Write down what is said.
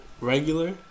Regular